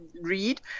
read